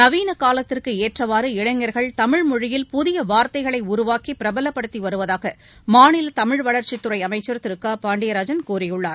நவீன காலத்திற்கு ஏற்றவாறு இளைஞர்கள் தமிழ்மொழியில் புதிய வார்த்தைகளை உருவாக்கி பிரபலப்படுத்தி வருவதாக மாநில தமிழ்வளர்ச்சித்துறை அமைச்சர் திரு க பாண்டியராஜன் கூறியுள்ளார்